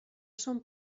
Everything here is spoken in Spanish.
son